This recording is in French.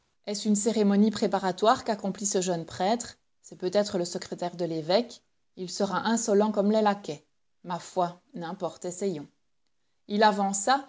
est-ce une cérémonie préparatoire qu'accomplit ce jeune prêtre c'est peut-être le secrétaire de l'évêque il sera insolent comme les laquais ma foi n'importe essayons il avança